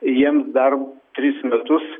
jiems dar tris metus